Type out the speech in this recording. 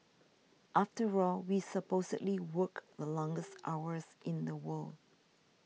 after all we supposedly work the longest hours in the world